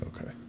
Okay